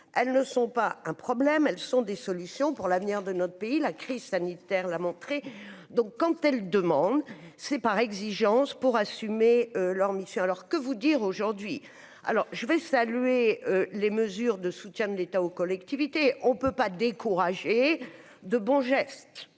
elles ne sont pas un problème, elles sont des solutions pour l'avenir de notre pays, la crise sanitaire la montrer donc quand elle demande c'est exigence pour assumer leur mission alors que vous dire aujourd'hui, alors je vais saluer les mesures de soutien de l'État aux collectivités, on ne peut pas découragé de bons gestes